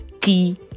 key